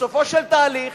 ובסופו של תהליך